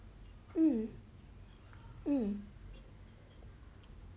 mm mm